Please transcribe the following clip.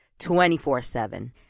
24-7